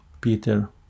Peter